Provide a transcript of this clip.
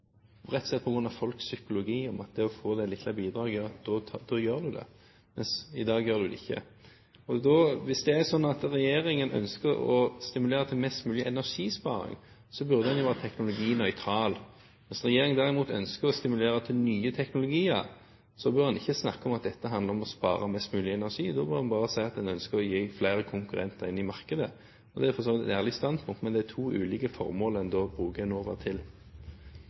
rett og slett på grunn av folks psykologi, at det å få det lille bidraget gjør at man gjør det, mens man i dag ikke gjør det. Hvis det er slik at regjeringen ønsker å stimulere til mest mulig energisparing, burde den jo være teknologinøytral. Hvis regjeringen derimot ønsker å stimulere til nye teknologier, bør en ikke snakke om at dette handler om å spare mest mulig energi. Da må en bare si at en ønsker flere konkurrenter inn i markedet. Det er for så vidt et ærlig standpunkt, men det er to ulike formål en da bruker Enova til.